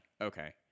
okay